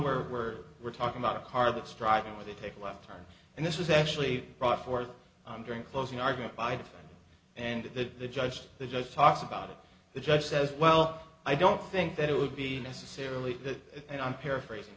where we're we're talking about a car that's driving where they take a lifetime and this was actually brought forth on during closing argument by the and the the judge they just talks about it the judge says well i don't think that it would be necessarily that and i'm paraphrasing